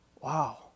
wow